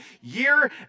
year